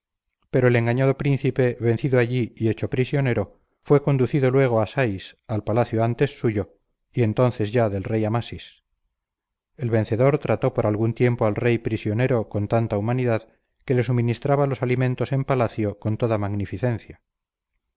pero el engañado príncipe vencido allí y hecho prisionero fue conducido luego a sais al palacio antes suyo y entonces ya del rey amasis el vencedor trató por algún tiempo al rey prisionero con tanta humanidad que le suministraba los alimentos en palacio con toda magnificencia